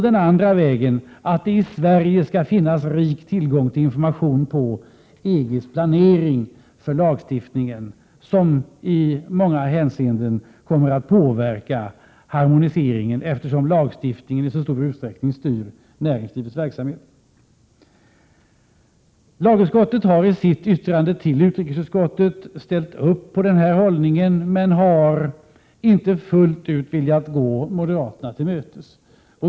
Den andra vägen är att det i Sverige skall finnas rik tillgång till information om EG:s planering för lagstiftningen, som i många hänseenden kommer att påverka harmoniseringen, eftersom lagstiftningen i så stor utsträckning styr näringslivets verksamhet. Lagutskottet har i sitt yttrande till utrikesutskottet ställt upp på denna hållning, men har inte fullt ut velat gå moderaterna till mötes.